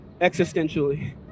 existentially